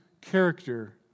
character